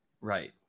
Right